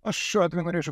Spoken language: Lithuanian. aš šiuo atveju norėčiau